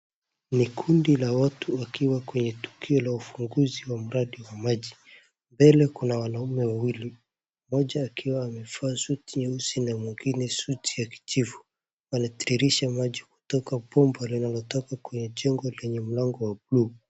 Ni kundi la watu wakiwa kwenye tukio la ufunguzi wa mradi wa maji. Mbele kuna wanaume wawili; mmoja akiwa amevaa suti nyeusi na mwingine suti ya kijivu. Wanatiririsha maji kutoka bomba linalotoka kwenye jengo lenye mlango wa bluu.